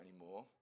anymore